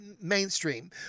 mainstream